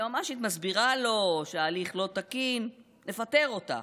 היועמ"שית מסבירה לו שההליך לא תקין, נפטר אותה.